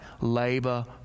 labor